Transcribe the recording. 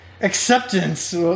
Acceptance